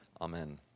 Amen